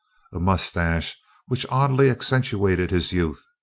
a moustache which oddly accentuated his youth.